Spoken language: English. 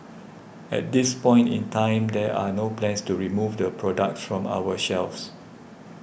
at this point in time there are no plans to remove the products from our shelves